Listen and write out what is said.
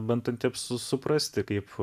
bandantiems suprasti kaip